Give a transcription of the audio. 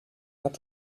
hat